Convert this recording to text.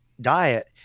diet